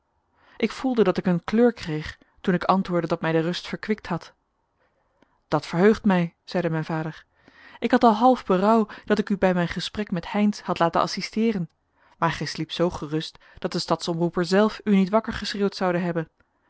ik voelde dat ik een kleur kreeg toen ik antwoordde dat mij de rust verkwikt had dat verheugt mij zeide mijn vader ik had al half berouw dat ik u bij mijn gesprek met heynsz had laten assisteeren maar gij sliept zoo gerust dat de stads omroeper zelf u niet wakker geschreeuwd zoude hebben